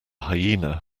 hyena